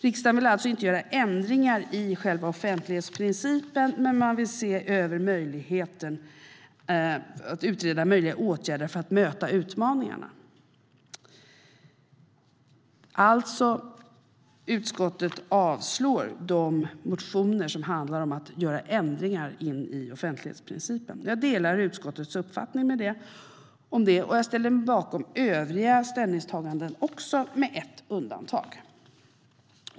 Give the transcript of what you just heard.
Riksdagen vill alltså inte göra ändringar i själva offentlighetsprincipen, men man vill se över möjligheten att utreda möjliga åtgärder för att möta utmaningarna. Utskottet avstyrker de motioner som handlar om att göra ändringar i offentlighetsprincipen. Jag delar utskottets uppfattning om det och ställer mig även bakom övriga ställningstaganden, med ett undantag.